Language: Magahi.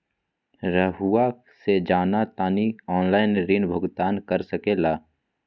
रहुआ से जाना तानी ऑनलाइन ऋण भुगतान कर सके ला?